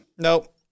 Nope